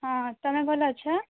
ହଁ ତୁମେ ଭଲ ଅଛ